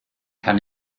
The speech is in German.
kann